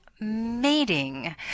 mating